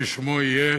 ששמו יהיה: